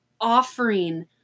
offering